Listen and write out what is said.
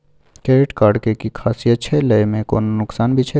Credit card के कि खासियत छै, लय में कोनो नुकसान भी छै?